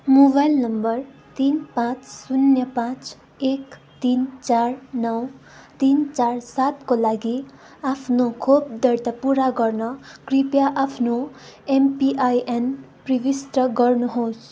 mobile number तिन पाँच शून्य पाँच एक तिन चार नौ तिन चार सातको लागि आफ्नो खोप दर्ता पुरा गर्न कृपया आफ्नो एमपिआइएन प्रविष्ट गर्नुहोस्